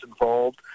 involved